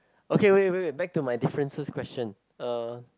okay wait wait wait back to my differences question uh